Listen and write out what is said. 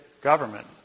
government